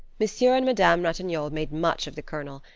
monsieur and madame ratignolle made much of the colonel,